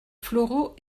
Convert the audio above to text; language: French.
floraux